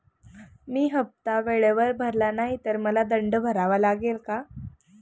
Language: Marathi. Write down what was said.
मी हफ्ता वेळेवर भरला नाही तर मला दंड भरावा लागेल का?